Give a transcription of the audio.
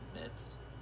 myths